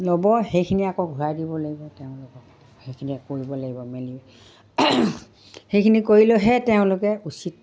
ল'ব সেইখিনি আকৌ ঘূৰাই দিব লাগিব তেওঁলোকক সেইখিনি কৰিব লাগিব মেলি সেইখিনি কৰি লৈহে তেওঁলোকে উচিত